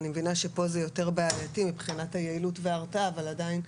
אני מבינה שפה זה יותר בעייתי מבחינת היעילות וההרתעה אבל עדין,